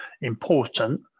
important